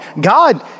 God